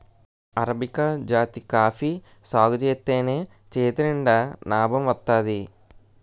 arabica జాతి coffee సాగుజేత్తేనే చేతినిండా నాబం వత్తాది